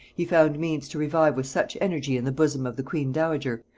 he found means to revive with such energy in the bosom of the queen-dowager,